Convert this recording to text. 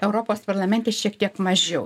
europos parlamente šiek tiek mažiau